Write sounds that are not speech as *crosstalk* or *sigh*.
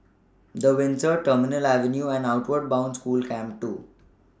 *noise* The Windsor Terminal Avenue and Outward Bound School Camp two